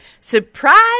surprise